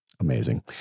amazing